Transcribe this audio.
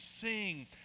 sing